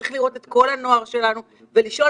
צריך לראות את כל הנוער שלנו ולשאול